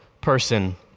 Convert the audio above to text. person